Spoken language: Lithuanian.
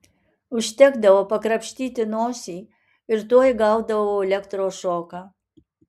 užtekdavo pakrapštyti nosį ir tuoj gaudavau elektros šoką